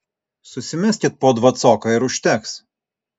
susimeskit po dvacoką ir užteks